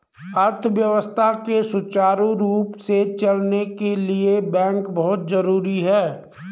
अर्थव्यवस्था के सुचारु रूप से चलने के लिए बैंक बहुत जरुरी हैं